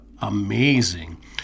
amazing